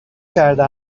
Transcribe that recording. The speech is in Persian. کرده